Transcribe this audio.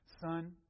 Son